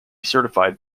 certified